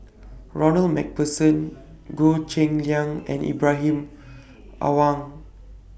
Ronald MacPherson Goh Cheng Liang and Ibrahim Awang